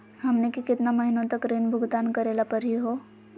हमनी के केतना महीनों तक ऋण भुगतान करेला परही हो?